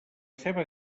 ceba